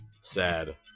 sad